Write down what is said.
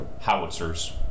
howitzers